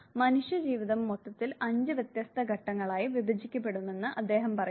മനുഷ്യജീവിതം മൊത്തത്തിൽ അഞ്ച് വ്യത്യസ്ത ഘട്ടങ്ങളായി വിഭജിക്കപ്പെടുമെന്ന് അദ്ദേഹം പറഞ്ഞു